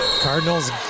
Cardinals